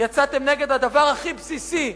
יצאתם נגד הדבר הכי בסיסי.